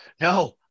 No